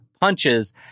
punches